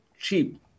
cheap